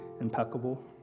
impeccable